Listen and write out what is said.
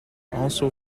also